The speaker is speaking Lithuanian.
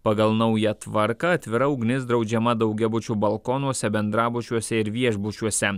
pagal naują tvarką atvira ugnis draudžiama daugiabučių balkonuose bendrabučiuose ir viešbučiuose